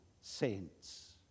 saints